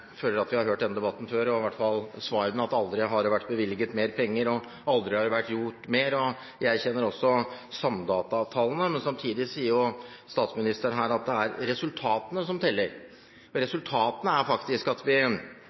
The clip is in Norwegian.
føler at vi har hørt denne debatten før, i hvert fall svarene, at det aldri har vært bevilget mer penger, og at det aldri har vært gjort mer. Jeg kjenner også til Samdata-tallene. Men statsministeren sier samtidig at det er resultatene som teller, og resultatene er faktisk